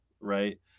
right